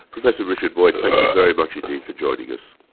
professor richard boyd, thank you very much indeed for joining us.